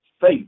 faith